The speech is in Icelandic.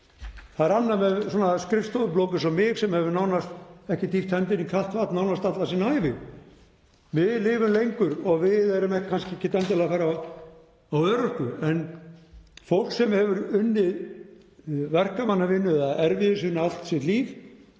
Það er annað með skrifstofublók eins og mig sem hefur nánast ekkert dýft hendi í kalt vatn nánast alla sína ævi. Við lifum lengur og við erum kannski ekkert endilega að fara á örorku, en fólk sem hefur unnið verkamannavinnu eða erfiðisvinnu allt sitt líf,